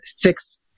fix